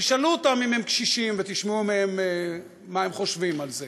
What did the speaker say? תשאלו אותם אם הם קשישים ותשמעו מהם מה הם חושבים על זה.